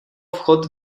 vchod